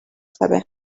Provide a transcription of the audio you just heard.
saber